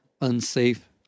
unsafe